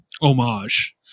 homage